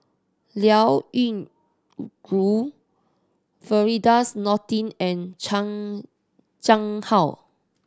Liao Yingru Firdaus Nordin and Chan Chang How